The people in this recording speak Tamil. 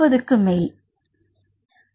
ஒத்த மூலக்கூறுகளில் எண்ணிக்கையை நீங்கள் காணலாம்